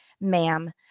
ma'am